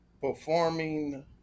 performing